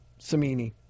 Samini